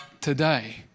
today